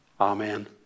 Amen